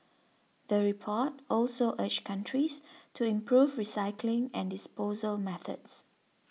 the report also urged countries to improve recycling and disposal methods